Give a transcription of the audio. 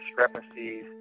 discrepancies